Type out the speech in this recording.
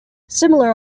similar